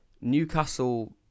Newcastle